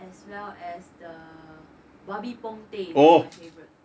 as well as the babi pongteh that's my favourite